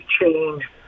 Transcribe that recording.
change